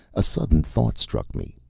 a sudden thought struck me.